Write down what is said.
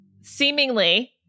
seemingly